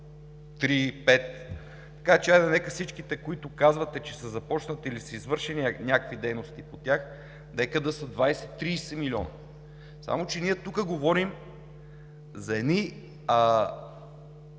три-пет. Хайде, всичките, които казвате, че са започнати или са извършени някакви дейности по тях, нека да са 20 – 30 милиона. Само че ние тук говорим за едни